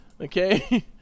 Okay